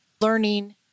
learning